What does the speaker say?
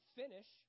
finish